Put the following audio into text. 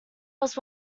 was